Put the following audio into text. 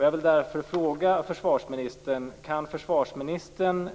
Jag vill därför fråga: Kan försvarsministern